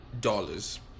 dollars